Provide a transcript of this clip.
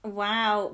wow